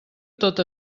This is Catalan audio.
tot